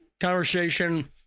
conversation